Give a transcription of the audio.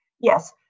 Yes